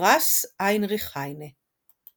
ופרס היינריך היינה.